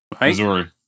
Missouri